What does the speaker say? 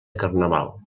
carnaval